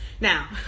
Now